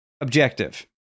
objective